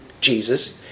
Jesus